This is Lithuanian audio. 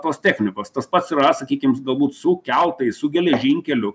tos technikos tas pats yra sakykim su galbūt su keltais su geležinkeliu